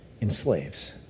enslaves